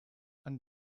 and